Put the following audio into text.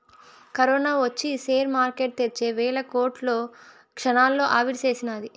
corona ఒచ్చి share market తెచ్చే వేల కోట్లు క్షణాల్లో ఆవిరిసేసినాది